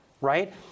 right